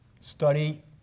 study